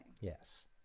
Yes